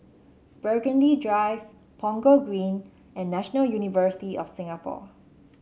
Burgundy Drive Punggol Green and National University of Singapore